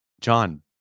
John